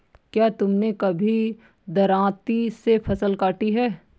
क्या तुमने कभी दरांती से फसल काटी है?